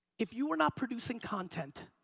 if you are not producing content,